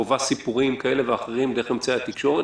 חווה סיפורים כאלה ואחרים דרך אמצעי התקשורת,